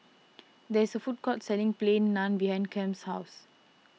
there is a food court selling Plain Naan behind Kem's house